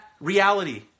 reality